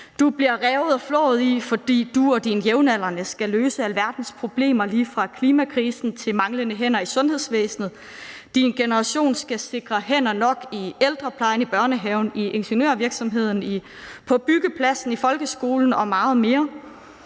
Du bliver revet og flået i, fordi du og dine jævnaldrende skal løse alverdens problemer lige fra klimakrisen til manglende hænder i sundhedsvæsenet. Din generation skal sikre hænder nok i ældreplejen, i børnehaven, i ingeniørvirksomheden, på byggepladsen, i folkeskolen og meget mere.